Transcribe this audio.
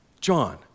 John